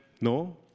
no